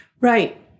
Right